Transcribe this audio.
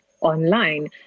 online